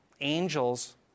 angels